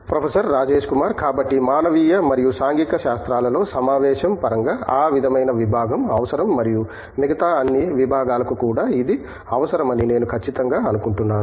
professor Rajesh Kumar కాబట్టి మానవీయ మరియు సాంఘిక శాస్త్రాలలో సమావేశం పరంగా ఆ విధమైన విబాగం అవసరం మరియు మిగతా అన్ని విభాగాలకు కూడా ఇది అవసరమని నేను ఖచ్చితంగా అనుకుంటున్నాను